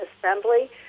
assembly